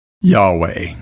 Yahweh